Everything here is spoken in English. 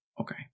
Okay